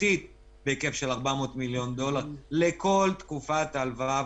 שנתית בהיקף של 400 מיליון דולר לכל תקופת ההלוואה,